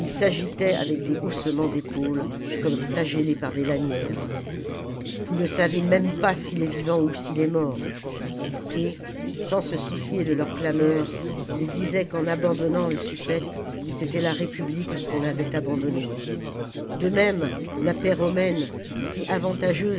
s'agitaient avec des haussements d'épaules comme flagellés par des lanières vous ne savez même pas s'il est vivant ou s'il est mort et sans se soucier de leurs clameurs il disait qu'en abandonnant le suffète c'était la république qu'on avait abandonnée de même la paix romaine si avantageuse